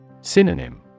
Synonym